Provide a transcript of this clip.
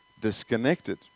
disconnected